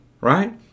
right